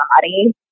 body